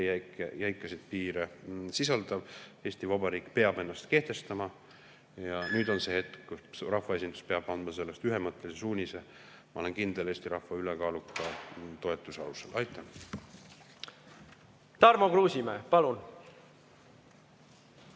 jäikasid piire sisaldav. Eesti Vabariik peab ennast kehtestama. Ja nüüd on see hetk, kui rahvaesindus peab andma selle ühemõttelise suunise, ma olen kindel, Eesti rahva ülekaaluka toetuse alusel. Aitäh! Tarmo Kruusimäe, palun!